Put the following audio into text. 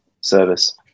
service